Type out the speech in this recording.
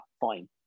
fine